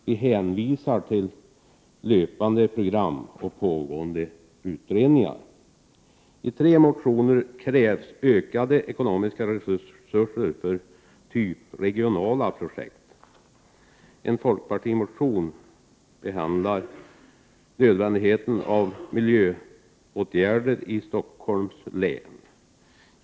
Man hänvisar till löpande program och pågående utredningar. I tre motioner krävs ökade ekonomiska resurser för regionala projekt. I en folkpartimotion behandlas nödvändigheten av miljöåtgärder i Stockholms län.